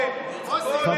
שקרן ונוכל בבסיס.